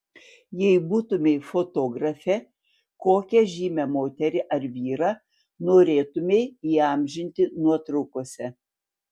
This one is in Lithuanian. jei būtumei fotografė kokią žymią moterį ar vyrą norėtumei įamžinti nuotraukose